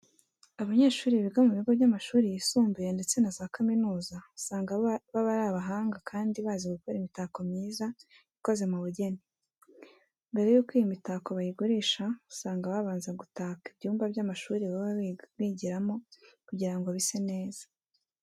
Abanyeshuri biga mu bigo by'amashuri yisumbuye ndetse na za kaminuza usanga baba ari abahanga kandi bazi gukora imitako myiza ikoze mu bugeni. Mbere yuko iyi mitako bayigurisha usanga babanza gutaka ibyumba by'amashuri baba bigiramo kugira ngo bise neza.